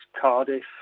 Cardiff